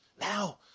Now